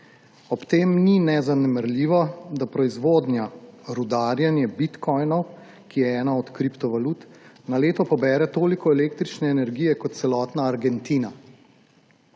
Ob tem ni nezanemarljivo, da proizvodnja, rudarjenje bitcoinov, ki je ena od kriptovalut, na leto pobere toliko električne energije kot celotna Argentina.